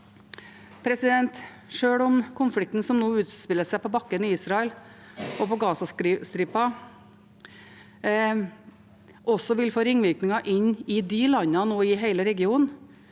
Sjøl om konflikten som nå utspiller seg på bakken i Israel og på Gazastripen, vil få ringvirkninger i de landene og i hele regionen,